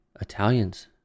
Italians